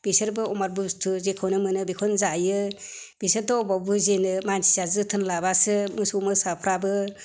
बिसोरबो अमाट बुस्तु जेखौनो मोनो बेखौनो जायो बिसोरथ' बबेयाव बुजिनो मानसिया जोथोन लाबासो मोसौ मोसाफोराबो